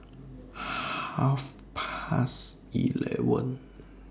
Half Past eleven